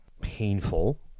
painful